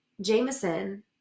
Jameson